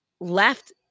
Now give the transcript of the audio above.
left –